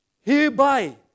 hereby